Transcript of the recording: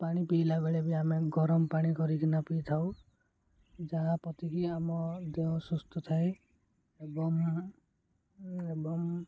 ପାଣି ପିଇଲା ବେଳେ ବି ଆମେ ଗରମ ପାଣି କରିକିନା ପିଇଥାଉ ଯାହାପତିକି ଆମ ଦେହ ସୁସ୍ଥ ଥାଏ ଏବଂ ଏବଂ